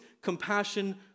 compassion